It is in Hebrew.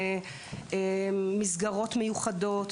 למסגרות מיוחדות,